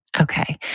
Okay